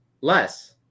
less